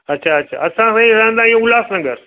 अछा अछा असां भई रहंदा आहियूं उल्हासनगर